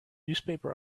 newspaper